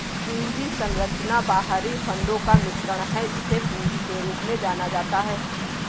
पूंजी संरचना बाहरी फंडों का मिश्रण है, जिसे पूंजी के रूप में जाना जाता है